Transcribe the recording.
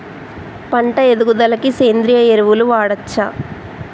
పంట ఎదుగుదలకి సేంద్రీయ ఎరువులు వాడచ్చా?